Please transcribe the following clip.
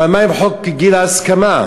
אבל מה עם חוק גיל ההסכמה?